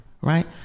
right